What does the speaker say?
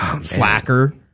slacker